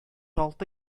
алты